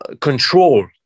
control